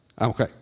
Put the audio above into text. Okay